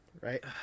Right